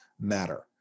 matter